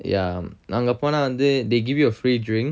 ya அங்க போனா வந்து:anga pona vanthu they give you a free drink